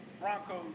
Broncos